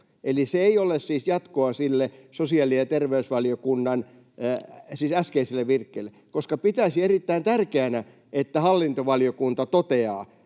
eli se ei ole siis jatkoa sille äskeiselle virkkeelle? Koska pitäisin erittäin tärkeänä, että hallintovaliokunta toteaa,